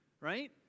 right